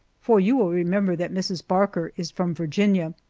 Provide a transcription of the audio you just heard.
for you will remember that mrs. barker is from virginia.